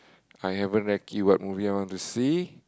I haven't recce what movie I want to see